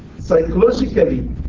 psychologically